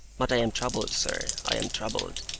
but i am troubled, sir, i am troubled.